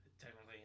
technically